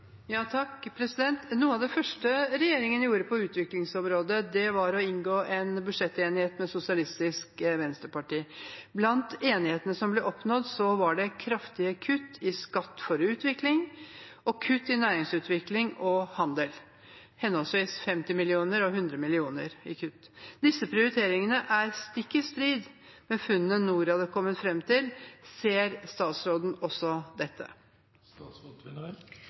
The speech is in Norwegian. Noe av det første regjeringen gjorde på utviklingsområdet, var å inngå budsjettenighet med Sosialistisk Venstreparti. Blant enigheten som ble oppnådd, var det kraftige kutt i Skatt for utvikling og kutt i næringsutvikling og handel, henholdsvis 50 mill. kr og 100 mill. kr i kutt. Disse prioriteringene er stikk i strid med funnene Norad har kommet fram til. Ser statsråden også dette?